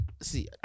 See